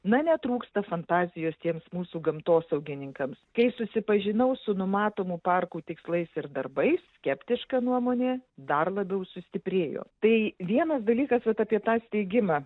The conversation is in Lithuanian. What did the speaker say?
na netrūksta fantazijos tiems mūsų gamtosaugininkams kai susipažinau su numatomų parkų tikslais ir darbais skeptiška nuomonė dar labiau sustiprėjo tai vienas dalykas vat apie tą steigimą